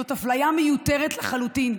זאת אפליה מיותרת לחלוטין.